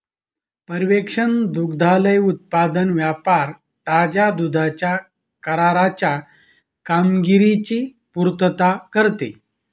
पर्यवेक्षण दुग्धालय उत्पादन व्यापार ताज्या दुधाच्या कराराच्या कामगिरीची पुर्तता करते